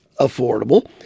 affordable